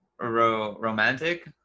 romantic